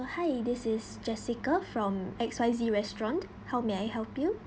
hi this is jessica from X_Y_Z restaurant how may I help you